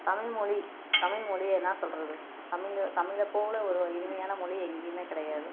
தமிழ்மொழி தமிழ்மொழிய என்ன சொல்கிறது தமிழ் தமிழை போல ஒரு இனிமையான மொழி எங்கேயுமே கிடையாது